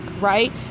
right